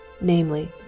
namely